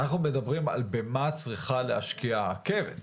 אנחנו מדברים על במה צריכה להשקיע הקרן,